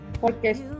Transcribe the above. porque